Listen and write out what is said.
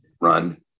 run